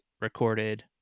recorded